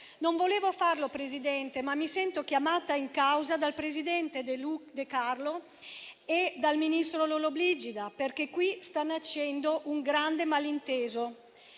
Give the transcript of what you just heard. Non volevo farlo, signor Presidente, ma mi sento chiamata in causa dal presidente De Carlo e dal ministro Lollobrigida, perché qui sta nascendo un grande malinteso.